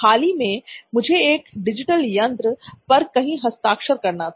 हाल ही में मुझे एक डिजिटल यंत्र पर कहीं हस्ताक्षर करना था